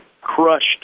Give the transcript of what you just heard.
Crushed